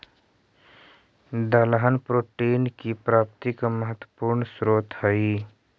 दलहन प्रोटीन की प्राप्ति का महत्वपूर्ण स्रोत हई